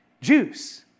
juice